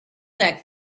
that